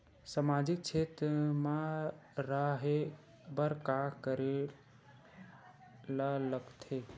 सामाजिक क्षेत्र मा रा हे बार का करे ला लग थे